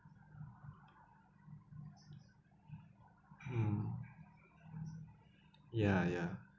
mm ya ya